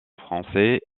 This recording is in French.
français